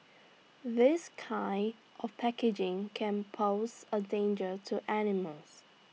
this kind of packaging can pose A danger to animals